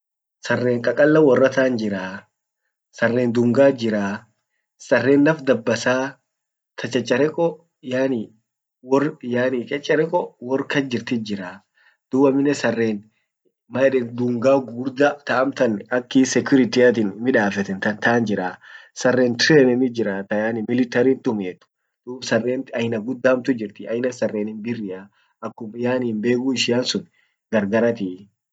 Sarren qaqalla worra tant jiraa. sarren dungat jiraa. sarren naf dabbasaa ta chachareko yani yani chachareko worr kajirti jiraa duub aminen sarren man yedan dungaa gugurda ta amtan aki security tin midafetan tan tant jiraa. sarren tranenit jira ta yani military tumiet. duub sarrent aina gudda hamtu jirti aina sareni birria akum yani mbegu ishia sun gar galati.